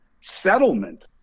settlement